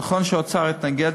נכון שהאוצר התנגד,